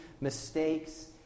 mistakes